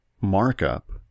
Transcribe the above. markup